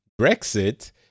Brexit